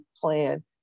plan